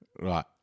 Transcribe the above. Right